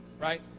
right